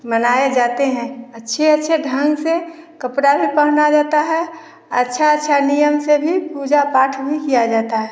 मनाए जाते हैं अच्छे अच्छे ढंग से कपड़ा भी पहना जाता है अच्छा अच्छा नियम से भी पूजा पाठ भी किया जाता है